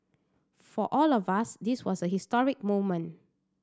for all of us this was a historic moment